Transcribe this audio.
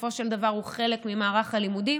בסופו של דבר הוא חלק ממערך הלימודים,